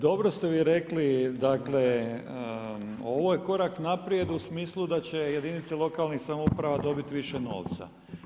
Dobro ste vi rekli, dakle, ovo je korak naprijed u smislu da će jedinice lokalnih samouprava dobiti više novaca.